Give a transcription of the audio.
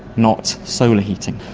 not solar heating.